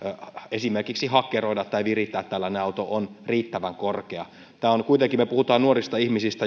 esimerkiksi hakkeroida tai virittää tällainen auto on riittävän korkea me kuitenkin puhumme nuorista ihmisistä